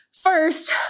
First